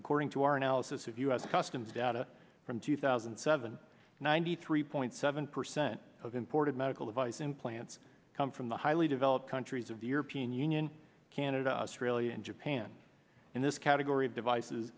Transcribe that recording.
according to our analysis of u s customs data from two thousand and seven ninety three point seven percent of imported medical device implants come from the highly developed countries of the european union canada australia and japan in this category of devices